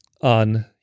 on